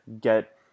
get